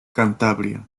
cantabria